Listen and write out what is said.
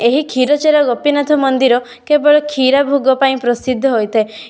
ଏହି କ୍ଷୀରଚୋରା ଗୋପୀନାଥ ମନ୍ଦିର କେବଳ କ୍ଷୀରା ଭୋଗ ପାଇଁ ପ୍ରସିଦ୍ଧ ହୋଇଥାଏ